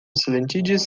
silentiĝis